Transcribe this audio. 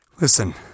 listen